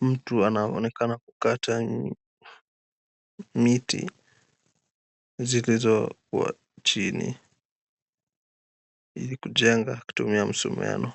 Mtu anaonekana kukata miti zilizo wekwa chini Ili kujenga kutumia msumeno.